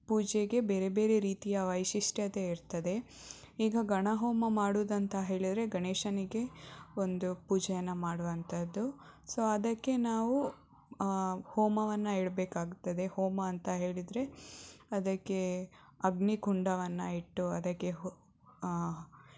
ಪೂಜೆಗೆ ಬೇರೆ ಬೇರೆ ರೀತಿಯ ವೈಶಿಷ್ಟ್ಯತೆ ಇರ್ತದೆ ಈಗ ಗಣ ಹೋಮ ಮಾಡುವುದಂತ ಹೇಳಿದರೆ ಗಣೇಶನಿಗೆ ಒಂದು ಪೂಜೆಯನ್ನು ಮಾಡುವಂಥದ್ದು ಸೊ ಅದಕ್ಕೆ ನಾವು ಹೋಮವನ್ನು ಇಡ್ಬೇಕಾಗ್ತದೆ ಹೋಮ ಅಂತ ಹೇಳಿದರೆ ಅದಕ್ಕೆ ಅಗ್ನಿ ಕುಂಡವನ್ನು ಇಟ್ಟು ಅದಕ್ಕೆ ಹೊ